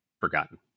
forgotten